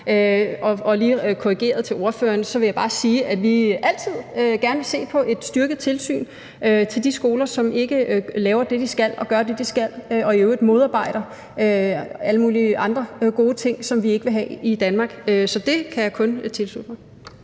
sige, korrigeret til spørgeren, at vi altid gerne vil se på et styrket tilsyn med de skoler, som ikke laver det, de skal, og ikke gør det, de skal, og i øvrigt modarbejder alle mulige andre gode ting, hvilket vi ikke vil have i Danmark. Så det kan jeg kun tilslutte mig.